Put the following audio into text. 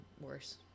worse